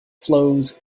flows